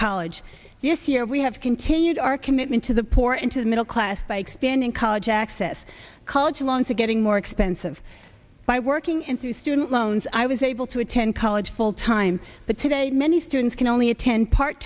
college this year we have continued our commitment to the poor and to the middle class by expanding college access college longer getting more expensive by working into student loans i was able to attend college full time but today many students can only attend part